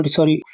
Sorry